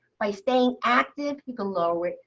by staying active, you can lower it,